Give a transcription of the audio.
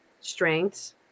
strengths